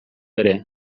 ere